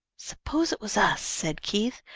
s'pose it was us, said keith,